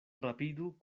rapidu